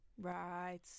Right